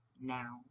now